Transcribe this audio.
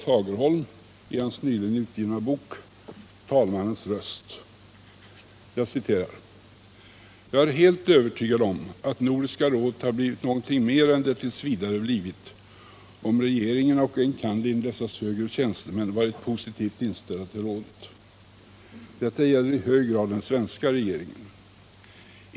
Fagerholm i hans nyligen utgivna bok Talmannens röst. Han skriver där: ”Jag är helt övertygad om, att Nordiska rådet hade blivit någonting mera än det tills vidare blivit om regeringarna och enkannerligen dessas högre tjänstemän varit positivt inställda till rådet. Detta gäller i hög grad den svenska regeringen.